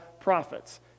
prophets